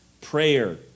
prayer